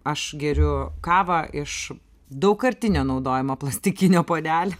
aš geriu kavą iš daugkartinio naudojimo plastikinio puodelio